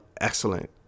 excellent